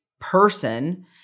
person